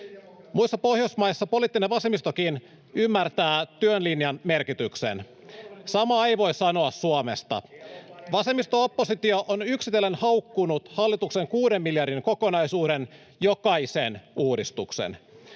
Muissa Pohjoismaissa poliittinen vasemmistokin ymmärtää työn linjan merkityksen. Samaa ei voi sanoa Suomesta. [Ben Zyskowicz: Siellä on paremmat demarit!] Vasemmisto-oppositio on yksitellen haukkunut hallituksen kuuden miljardin kokonaisuuden jokaisen uudistuksen.